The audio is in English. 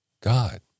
God